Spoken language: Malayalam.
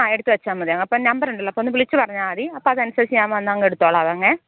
ആ എടുത്തു വച്ചാൽ മതി അപ്പം നമ്പറുണ്ടല്ലോ അപ്പം വിളിച്ചു പറഞ്ഞാൽ മതി അപ്പമതനുസരിച്ച് ഞാൻ വന്നങ്ങ് എടുത്തോളാം അങ്ങ്